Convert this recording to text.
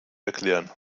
erklären